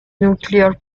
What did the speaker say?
nuclear